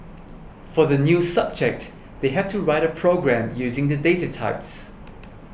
for the new subject they have to write a program using the data types